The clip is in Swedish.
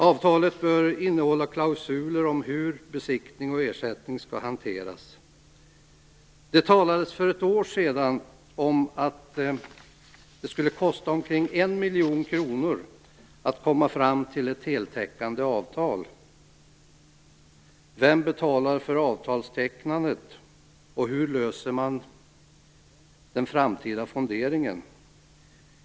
Avtalet bör innehålla klausuler om hur besiktning och ersättning skall hanteras. Det talades för ett år sedan om att det skulle kosta omkring 1 miljon kronor att komma fram till ett heltäckande avtal. Vem betalar för avtalstecknandet, och hur löser man den framtida fonderingen?